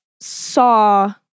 Saw